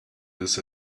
his